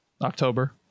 october